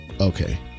okay